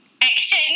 action